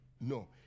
No